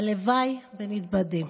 והלוואי ונתבדה.